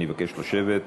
אני מבקש לשבת.